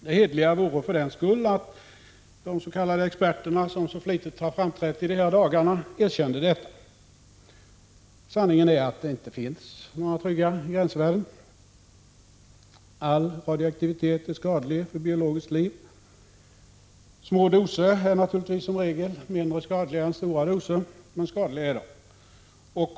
Det hederliga vore för den skull att de s.k. experterna, som så flitigt har framträtt under dessa dagar, erkände detta. Sanningen är att det inte finns några trygga gränsvärden. All radioaktivitet är skadlig för biologiskt liv. Små doser är naturligtvis som regel mindre skadliga än stora doser, men de är skadliga.